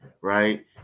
Right